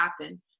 happen